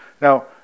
Now